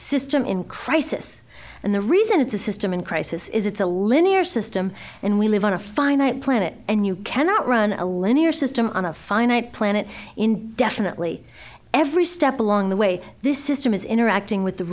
system in crisis and the reason it's a system in crisis is it's a linear system and we live on a finite planet and you cannot run a linear system on a finite planet indefinitely every step along the way this system is interacting with the